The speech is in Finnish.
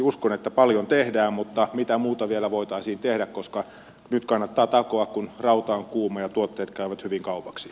uskon että paljon tehdään mutta mitä muuta vielä voitaisiin tehdä koska nyt kannattaa takoa kun rauta on kuumaa ja tuotteet käyvät hyvin kaupaksi